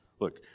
look